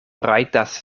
rajtas